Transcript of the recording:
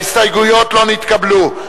ההסתייגויות לא נתקבלו.